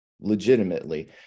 legitimately